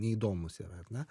neįdomūs yra ar ne